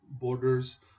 borders